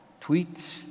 tweets